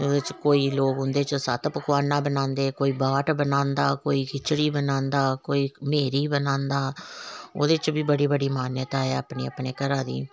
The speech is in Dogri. कोई लोग उंदे च सत्त पकबाना बनांदे कोई बाट बनांदा कोई खिचड़ी बनांदा कोई मेह्री बनांदा ओहदे च बी बड़ी बड्डी मान्यता ऐ अपने अपने घरे दी